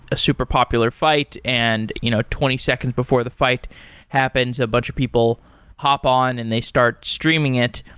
a super popular fight, and you know twenty seconds before the fight happens, a bunch of people hop on and they start streaming it.